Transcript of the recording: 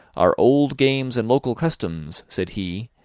our old games and local customs, said he,